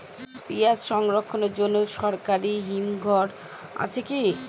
পিয়াজ সংরক্ষণের জন্য সরকারি হিমঘর আছে কি?